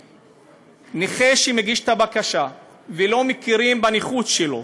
נכה שמגיש את הבקשה ולא מכירים בנכות שלו,